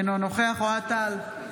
אינו נוכח אוהד טל,